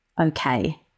okay